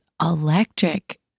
electric